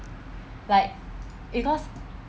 like because